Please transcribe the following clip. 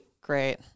great